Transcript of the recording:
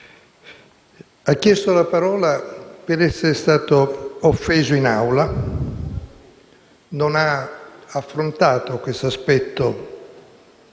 ha chiesto la parola per essere stato offeso in Aula. Non ha affrontato questo aspetto dei